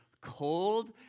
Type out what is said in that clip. cold